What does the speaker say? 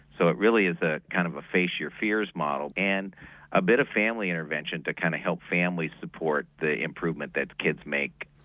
so it really is a kind of a face your fears model and a bit of family intervention to kind of help family support the improvement that kids make.